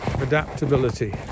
Adaptability